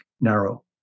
narrow